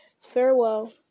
Farewell